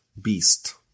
beast